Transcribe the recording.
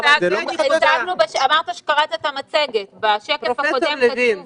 בשקף הקודם במצגת כתוב